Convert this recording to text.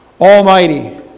Almighty